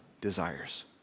desires